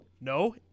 no